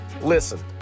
Listen